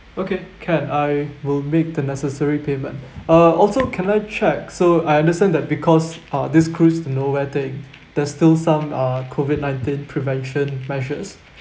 okay can I will make the necessary payment uh also can I check so I understand that because uh this cruise to nowhere thing there's still some uh COVID nineteen prevention measures